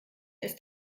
ist